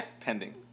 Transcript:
pending